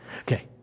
Okay